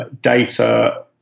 data